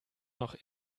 noch